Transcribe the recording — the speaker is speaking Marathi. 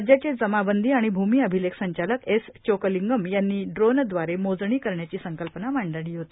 राज्याचे जमाबंदी आणि भ्मिअभिलेख संचालक एस चोकलिंगम यांनी ड्रोनव्दारे मोजणी करण्याची संकल्पना मांडली होती